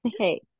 Okay